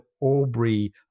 Aubrey